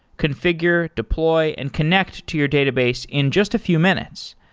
configure, deploy and connect to your database in just a few minutes.